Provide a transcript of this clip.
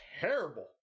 terrible